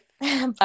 bye